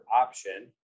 option